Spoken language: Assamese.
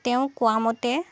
তেওঁ কোৱা মতে